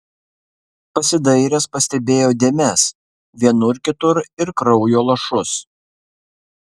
pasidairęs pastebėjo dėmes vienur kitur ir kraujo lašus